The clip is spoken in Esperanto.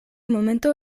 momento